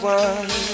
one